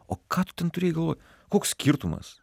o ką tu ten turėjai galvoj koks skirtumas